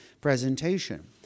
presentation